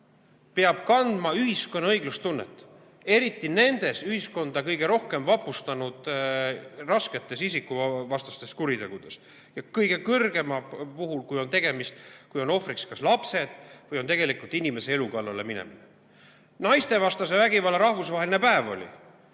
peab kandma ühiskonna õiglustunnet, eriti nende ühiskonda kõige rohkem vapustanud raskete isikuvastaste kuritegude puhul ja kõige kõrgemal puhul, kui on ohvriks kas lapsed või tegelikult inimese elu kallale minemine. Naistevastase vägivalla rahvusvaheline päev oli